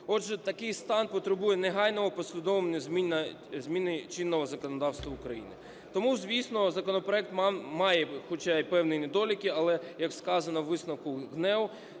Отже, такий стан потребує негайної і послідовної зміни чинного законодавства України. Тому, звісно, законопроект має хоча і певні недоліки, але, як сказано у висновку ГНЕУ,